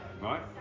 right